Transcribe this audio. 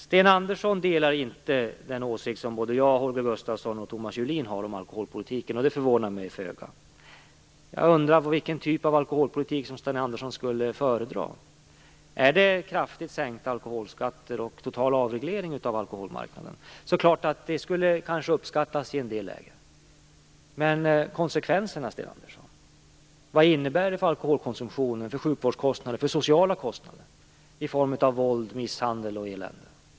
Sten Andersson delar inte den åsikt som jag, Holger Gustafsson och Thomas Julin har om alkoholpolitiken. Det förvånar mig föga. Jag undrar vilken typ av alkoholpolitik Sten Andersson skulle föredra. Är det kraftigt sänkta alkoholskatter och total avreglering av alkoholmarknaden? Det skulle kanske uppskattas i en del läger. Men konsekvenserna, Sten Andersson, vad innebär alkoholkonsumtionen för sjukvårdskostnader och för sociala kostnader på grund av våld, misshandel och elände?